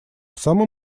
самым